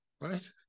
right